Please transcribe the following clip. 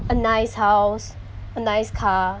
a nice house a nice car